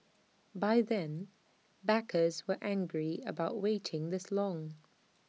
by then backers were angry about waiting this long